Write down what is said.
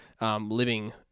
living